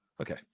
Okay